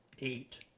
eight